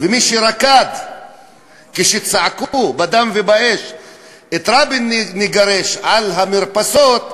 וגם מי שרקד כשצעקו "בדם ובאש את רבין נגרש" על המרפסות,